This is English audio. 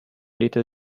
little